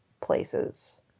places